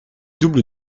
doubles